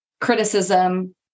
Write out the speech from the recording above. criticism